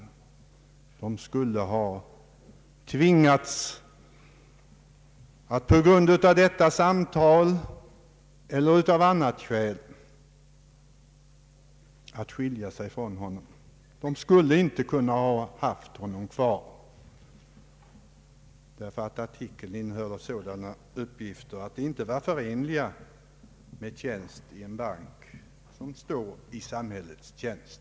Banken skulle oavsett det nämnda samtalet ha tvingats att skiljas från honom. Man skulle inte ha kunnat ha honom kvar därför att artikeln innehöll sådana uppgifter att de inte var förenliga med innehav av anställning i en bank som står i samhällets tjänst.